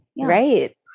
Right